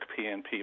pnp